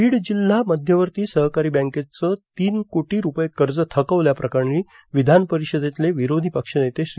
बीड जिल्हा मध्यवर्ती सहकारी बँकेचं तीन कोटी रुपये कर्ज थकवल्याप्रकरणी विधान परिषदेतले विरोधी पक्ष नेते श्री